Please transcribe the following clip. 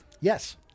Yes